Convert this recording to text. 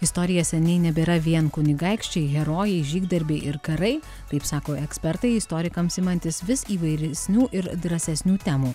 istorija seniai nebėra vien kunigaikščiai herojai žygdarbiai ir karai taip sako ekspertai istorikams imantis vis įvairesnių ir drąsesnių temų